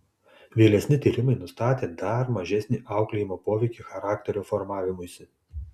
vėlesni tyrimai nustatė dar mažesnį auklėjimo poveikį charakterio formavimuisi